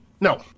No